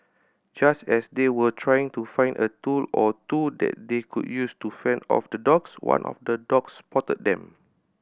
just as they were trying to find a tool or two that they could use to fend off the dogs one of the dogs spotted them